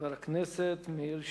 חבר הכנסת מאיר שטרית.